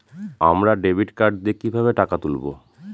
আমরা debit card দিয়ে কিভাবে টাকা তুলবো?